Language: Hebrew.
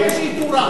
הוא מבקש "איתוראן".